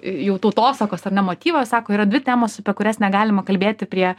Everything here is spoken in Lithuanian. jau tautosakos ar ne motyvą sako yra dvi temos apie kurias negalima kalbėti prie